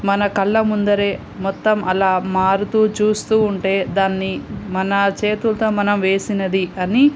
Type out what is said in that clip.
మన కళ్ళ ముందే మొత్తం అలా మారుతూ చూస్తూ ఉంటే దాన్ని మన చేతులతో మనం వేసినది అని